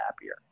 happier